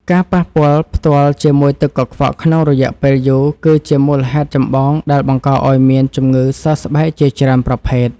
ការប៉ះពាល់ផ្ទាល់ជាមួយទឹកកខ្វក់ក្នុងរយៈពេលយូរគឺជាមូលហេតុចម្បងដែលបង្កឱ្យមានជំងឺសើស្បែកជាច្រើនប្រភេទ។